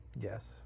Yes